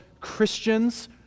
Christians